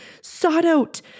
sought-out